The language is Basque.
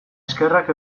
eskerrak